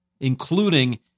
including